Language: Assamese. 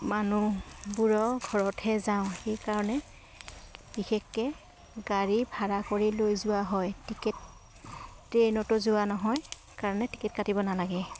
মানুহবোৰৰ ঘৰতহে যাওঁ সেইকাৰণে বিশেষকৈ গাড়ী ভাড়া কৰি লৈ যোৱা হয় টিকেট ট্ৰেইনতো যোৱা নহয় কাৰণে টিকেট কাটিব নালাগে